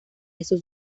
esos